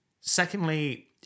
Secondly